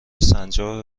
سنجابه